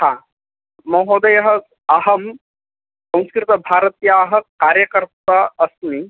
हा महोदयः अहं संस्कृतभारत्याः कार्यकर्ता अस्मि